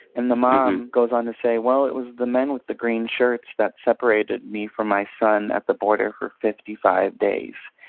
and the mom goes on to say, well, it was the men with the green shirts that separated me from my son at the border for fifty five days.